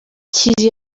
kiri